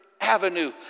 avenue